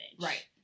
Right